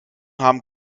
haben